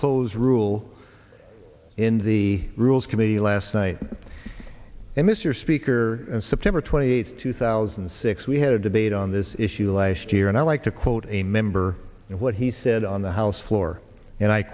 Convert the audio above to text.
close rule in the rules committee last night and mr speaker and september twenty eighth two thousand and six we had a debate on this issue last year and i like to quote a member what he said on the house floor and i